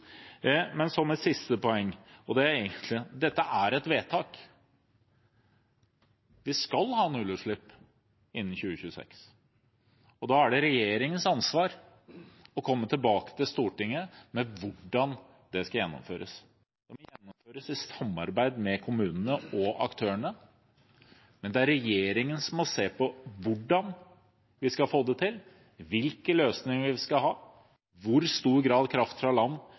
Som et siste poeng vil jeg si følgende: Dette er et vedtak. Vi skal ha nullutslipp innen 2026. Og da er det regjeringens ansvar å komme tilbake til Stortinget med hvordan det skal gjennomføres. Det må gjennomføres i samarbeid med kommunene og aktørene, men det er regjeringen som må se på hvordan vi skal få det til, hvilke løsninger vi skal ha, i hvor stor grad kraft fra land